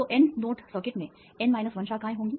तो N node circuit में N 1 शाखाएं होंगी